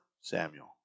Samuel